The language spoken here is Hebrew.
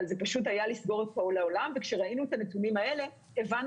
אבל זה פשוט היה לסגור את כל העולם וכשראינו את הנתונים האלה הבנו